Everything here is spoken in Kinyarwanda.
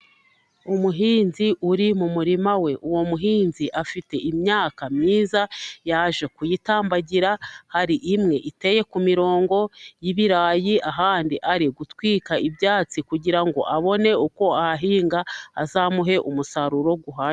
Umuhinzi uri mu murima we, uwo muhinzi afite imyaka myiza yaje kuyitambagira, hari imwe iteye ku mirongo y'ibirayi ahandi ari gutwika ibyatsi, kugira ngo abone uko ahahinga hazamuhe umusaruro uhagije.